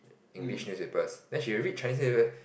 English newspapers then she will read Chinese newspaper